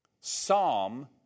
Psalm